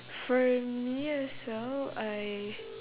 for me as well I